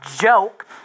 joke